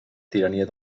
tirania